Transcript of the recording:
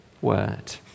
word